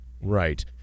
Right